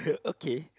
okay